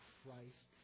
Christ